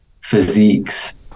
physiques